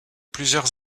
plusieurs